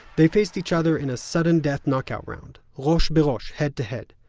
they faced each other in a sudden death knock-out round rosh be'rosh, head to head.